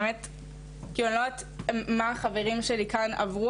אני לא יודעת מה החברים שלי כאן עברו,